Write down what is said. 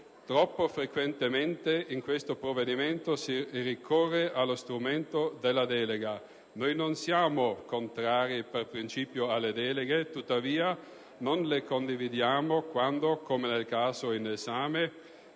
Troppo frequentemente in questo provvedimento si ricorre allo strumento della delega. Noi non siamo contrari per principio alle deleghe, tuttavia non le condividiamo quando, come nel caso in esame,